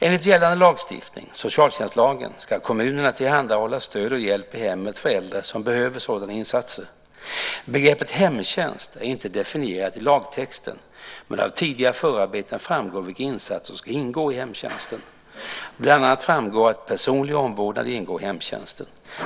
Enligt gällande lagstiftning, socialtjänstlagen, ska kommunerna tillhandahålla stöd och hjälp i hemmet för äldre som behöver sådana insatser. Begreppet hemtjänst är inte definierat i lagtexten men av tidigare förarbeten framgår vilka insatser som ska ingå i hemtjänsten. Bland annat framgår att personlig omvårdnad ingår i hemtjänsten.